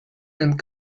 and